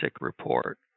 report